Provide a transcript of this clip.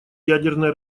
ядерное